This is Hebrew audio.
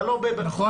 אתה לא בא ביעדים.